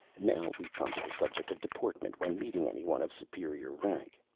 now we come to the subject of deportment when meeting anyone of superior rank.